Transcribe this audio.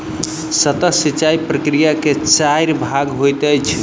सतह सिचाई प्रकिया के चाइर भाग होइत अछि